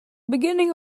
beginning